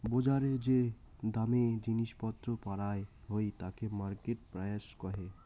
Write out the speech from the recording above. বজারে যে দামে জিনিস পত্র পারায় হই তাকে মার্কেট প্রাইস কহে